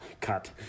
Cut